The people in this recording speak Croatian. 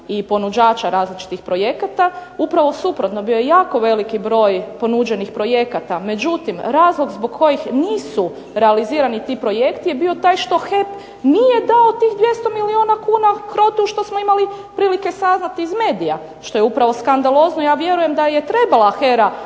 i ponuđača različitih projekata, upravo suprotno bio je jako veliki broj ponuđenih projekata, međutim, razlog što nisu bili realizirani ti projekti je taj što HEP nije dao tih 200 milijuna HROTE-u što smo imali prilike saznati iz medija. Što je upravo skandalozno ja vjerujem da je trebala HERA